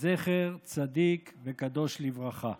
זכר צדיק וקדוש לברכה.